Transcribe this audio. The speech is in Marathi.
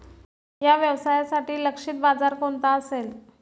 या व्यवसायासाठी लक्षित बाजार कोणता असेल?